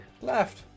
Left